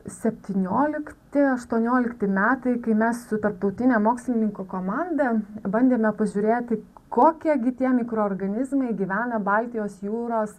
septyniolikti aštuoniolikti metai kai mes su tarptautine mokslininkų komanda bandėme pažiūrėti kokie gi tie mikroorganizmai gyvena baltijos jūros